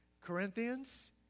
Corinthians